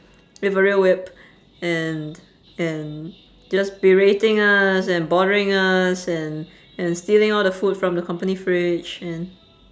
with a real whip and and just berating us and bothering us and and stealing all the food from the company fridge and